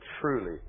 truly